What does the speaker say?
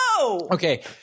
Okay